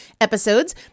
episodes